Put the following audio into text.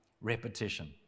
repetition